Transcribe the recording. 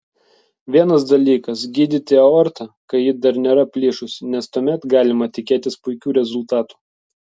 vienas dalykas gydyti aortą kai ji dar nėra plyšusi nes tuomet galima tikėtis puikių rezultatų